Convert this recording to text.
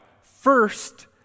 first